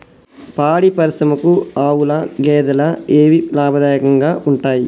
పాడి పరిశ్రమకు ఆవుల, గేదెల ఏవి లాభదాయకంగా ఉంటయ్?